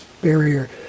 Barrier